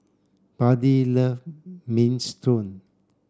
Buddy love Minestrone